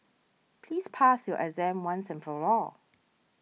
please pass your exam once and for all